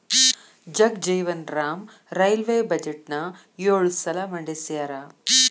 Jagjivan Ram railway ಬಜೆಟ್ನ ಯೊಳ ಸಲ ಮಂಡಿಸ್ಯಾರ